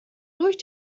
durch